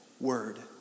word